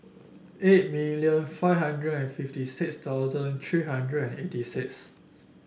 eight million five hundred and fifty six thousand three hundred and eighty six